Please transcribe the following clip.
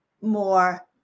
more